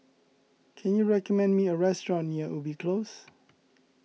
can you recommend me a restaurant near Ubi Close